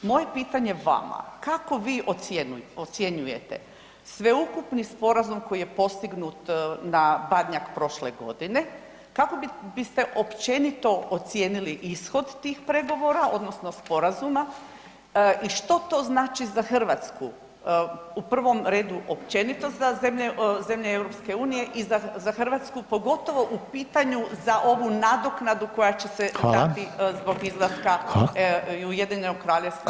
Moje pitanje vama, kako vi ocjenjujete sveukupni sporazum koji je postignut na Badnjak prošle godine, kako biste općenito ocijenili ishod tih pregovora odnosno sporazuma i što to znači za Hrvatsku, u prvom redu općenito za zemlje, zemlje EU i za, za Hrvatsku, pogotovo u pitanju za ovu nadoknadu koja će se dati zbog izlaska Ujedinjenog Kraljevstva iz Unije?